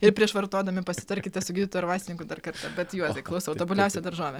ir prieš vartodami pasitarkite su gydytoju ar vaistininku dar kartą bet juozai klausau tobuliausia daržovė